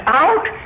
out